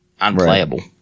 unplayable